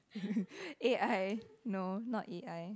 A_I no not A_I